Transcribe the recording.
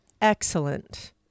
excellent